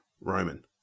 Roman